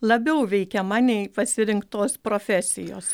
labiau veikiama nei pasirinktos profesijos